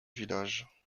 village